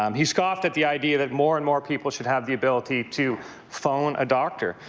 um he's coughed at the idea that more and more people should have the ability to phone a doctor.